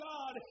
God